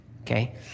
okay